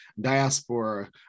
diaspora